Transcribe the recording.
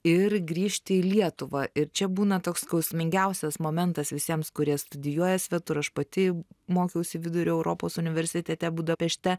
ir grįžti į lietuvą ir čia būna toks skausmingiausias momentas visiems kurie studijuoja svetur aš pati mokiausi vidurio europos universitete budapešte